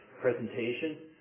presentation